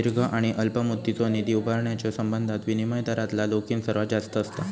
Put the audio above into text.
दीर्घ आणि अल्प मुदतीचो निधी उभारण्याच्यो संबंधात विनिमय दरातला जोखीम सर्वात जास्त असता